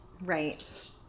Right